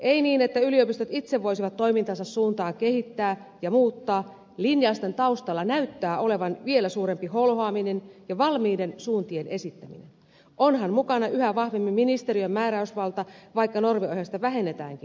ei niin että yliopistot itse voisivat toimintansa suuntaa kehittää ja muuttaa vaan linjausten taustalla näyttää olevan vielä suurempi holhoaminen ja valmiiden suuntien esittäminen onhan mukana yhä vahvemmin ministeriön määräysvalta vaikka normiohjausta vähennetäänkin